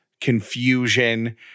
confusion